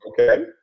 Okay